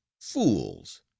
fools